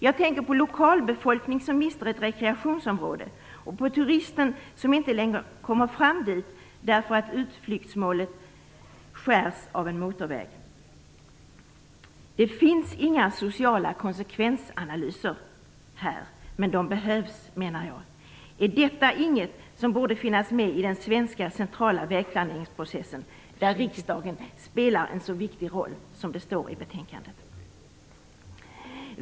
Jag tänker på lokalbefolkning som mister ett rekreationsområde och på turisten som inte längre kommer fram dit därför att utflyktsmålet skärs av en motorväg. Det finns inga sociala konsekvensanalyser här, men jag menar att sådana behövs. Är detta inget som borde finnas med i den svenska centrala vägplaneringsprocessen, där riksdagen, som det står i betänkandet, spelar en så viktig roll?